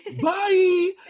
Bye